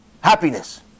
happiness